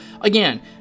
again